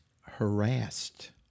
harassed